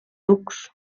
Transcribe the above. ducs